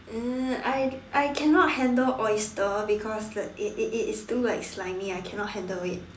uh I I cannot handle oyster because like it it it it's too like slimy I cannot handle it